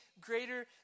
greater